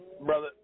Brother